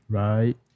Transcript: right